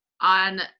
on